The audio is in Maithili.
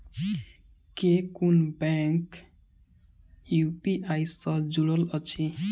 केँ कुन बैंक यु.पी.आई सँ जुड़ल अछि?